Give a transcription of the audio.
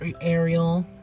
Ariel